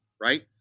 right